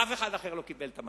אף אחד אחר לא קיבל את המנדט.